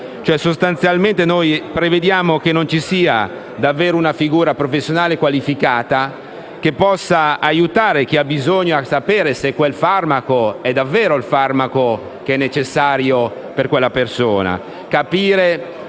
aiuto. Sostanzialmente prevediamo che non ci sia davvero una figura professionale qualificata, che possa aiutare chi ha bisogno a sapere se un tale farmaco è davvero necessario a quella persona